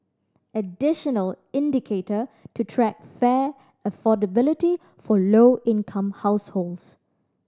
additional indicator to track fare affordability for low income households